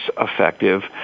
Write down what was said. effective